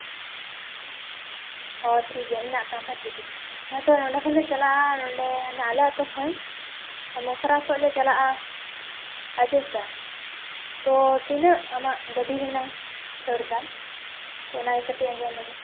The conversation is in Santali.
ᱦᱚᱸ ᱴᱷᱤᱠ ᱜᱮᱭᱟ ᱢᱮᱱᱟᱜ ᱛᱟᱢ ᱠᱷᱟᱡ ᱴᱷᱤᱠ ᱜᱮᱭᱟ ᱦᱮᱸᱛᱚ ᱱᱚᱸᱰᱮ ᱠᱷᱚᱱ ᱞᱮ ᱪᱟᱞᱟᱜᱼᱟ ᱱᱚᱸᱰᱮ ᱟᱞᱮ ᱟᱛᱳ ᱠᱷᱚᱱ ᱢᱚᱭᱥᱚᱨᱟ ᱠᱷᱚᱡ ᱞᱮ ᱪᱟᱞᱟᱜᱼᱟ ᱚᱡᱳᱡᱚᱫᱷᱟ ᱛᱚ ᱛᱤᱱᱟᱹᱜ ᱟᱢᱟᱜ ᱜᱟᱹᱰᱤ ᱨᱮᱱᱟᱝ ᱪᱷᱟᱹᱲ ᱛᱟᱢ ᱛᱚ ᱚᱱᱟ ᱜᱮ ᱠᱟᱹᱴᱤᱡ ᱟᱸᱡᱚᱢ ᱞᱮᱜᱤᱧ